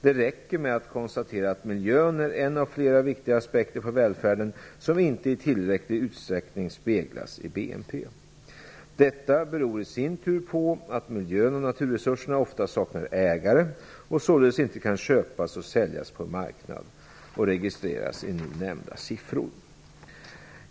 Det räcker med att konstatera att miljön är en av flera viktiga aspekter på välfärden som inte i tillräcklig utsträckning avspeglas i BNP. Detta beror i sin tur på att miljön och naturresurserna ofta saknar ägare och således inte kan köpas och säljas på någon marknad och registreras i nu nämnda siffror.